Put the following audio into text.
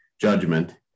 judgment